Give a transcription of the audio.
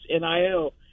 NIL